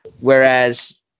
Whereas